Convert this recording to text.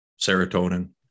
serotonin